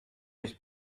his